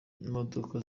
imodoka